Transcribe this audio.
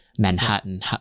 manhattan